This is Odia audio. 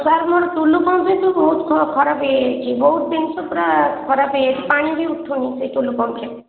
ସାର୍ ମୋର ଟୁଳୁ ପମ୍ପ୍ କିନ୍ତୁ ବହୁତ ଖରାପ ହୋଇଯାଇଛି ବହୁତ ଜିନିଷ ପୁରା ଖରାପ ହୋଇଯାଇଛି ପାଣି ବି ଉଠୁନି ସେହି ଟୁଳୁପମ୍ପ୍ରେ